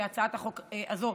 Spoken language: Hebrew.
כשהצעת החוק הזו,